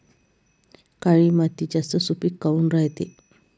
काळी माती जास्त सुपीक काऊन रायते?